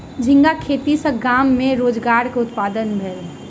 झींगा खेती सॅ गाम में रोजगारक उत्पादन भेल